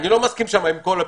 אני לא מסכים שם עם כל הפתרונות,